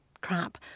crap